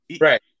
right